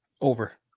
Over